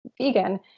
vegan